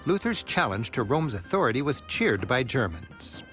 luther's challenge to rome's authority was cheered by germans.